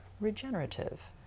regenerative